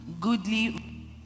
goodly